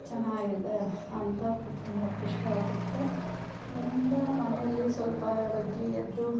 ಚೆನ್ನಾಗಿದೆ ಅಂತ ಕು ತುಂಬ ಖುಷಿ ಆಗುತ್ತೆ ಇದರಿಂದ ಮನೆಯಲ್ಲಿ ಸ್ವಲ್ಪ ಬಗ್ಗಿ ಎದ್ದು